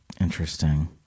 Interesting